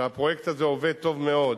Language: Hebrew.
שהפרויקט הזה עובד טוב מאוד,